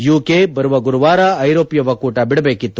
UK ಬರುವ ಗುರುವಾರ ಐರೋಪ್ಕ ಒಕ್ಕೂಟ ಬಿಡಬೇಕಿತ್ತು